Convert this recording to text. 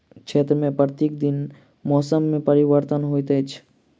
क्षेत्र में प्रत्येक दिन मौसम में परिवर्तन होइत अछि